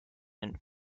and